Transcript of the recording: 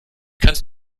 kannst